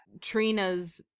Trina's